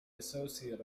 associate